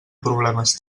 problemes